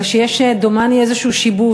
אלא שיש, דומני, איזשהו שיבוש,